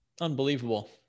Unbelievable